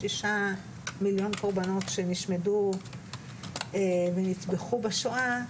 6 מיליון קורבנות שנשמדו ונטבחו בשואה,